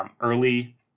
early